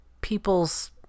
people's